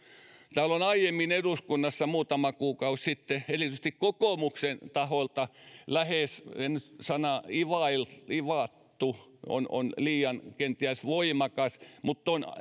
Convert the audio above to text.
eduskunnassa on aiemmin muutama kuukausi sitten erityisesti kokoomuksen taholta lähes ivattu sana ivattu on on kenties liian voimakas tai